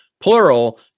plural